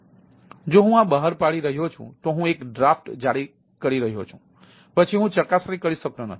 તેથી જો હું આ બહાર પાડી રહ્યો છું તો હું એક ડ્રાફ્ટ જારી કરી રહ્યો છું પછી હું ચકાસણી કરી શકતો નથી